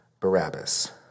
Barabbas